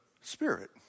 Spirit